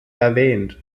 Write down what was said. erwähnt